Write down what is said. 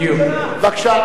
בדיוק מהסיבות האלה.